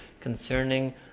concerning